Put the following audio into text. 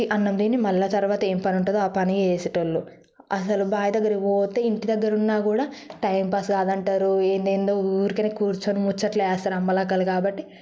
అన్నం తిని మళ్ళీ తర్వాత ఏం పని ఉంటాదో ఆ పని చేసేటోళ్లు అసలు బాయవి దగ్గరికి పోతే ఇంటి దగ్గర ఉన్నా కూడా టైం పాస్ కాదంటారు ఏందేందో ఊరికనే కూర్చుని ముచ్చట్లు వేస్తారు అమ్మలక్కలు కాబట్టి